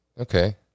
okay